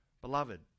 beloved